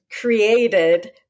created